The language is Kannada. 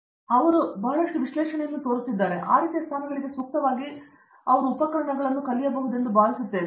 ಏಕೆಂದರೆ ಅವರು ಬಹಳಷ್ಟು ವಿಶ್ಲೇಷಣೆಯನ್ನು ತೋರುತ್ತಿದ್ದಾರೆ ಅಥವಾ ಆ ರೀತಿಯ ಸ್ಥಾನಗಳಿಗೆ ಸೂಕ್ತವಾಗಿ ಅವರು ಉಪಕರಣಗಳನ್ನು ಕಲಿಯಬಹುದೆಂದು ನಾನು ಭಾವಿಸುತ್ತೇನೆ